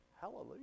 Hallelujah